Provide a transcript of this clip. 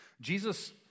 Jesus